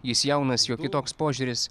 jis jaunas jo kitoks požiūris